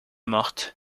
morte